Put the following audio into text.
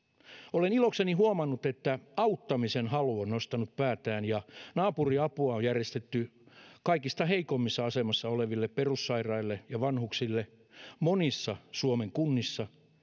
olen ilokseni huomannut että auttamisen halu on nostanut päätään ja naapuriapua on järjestetty kaikista heikoimmassa asemassa oleville perussairaille ja vanhuksille monissa suomen kunnissa